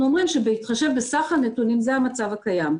אנחנו אומרים שבהתחשב בסך הנתונים, זה המצב הקיים.